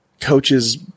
coaches